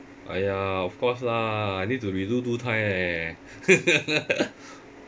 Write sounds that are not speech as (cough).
!aiya! of course lah I need to redo two time eh (laughs)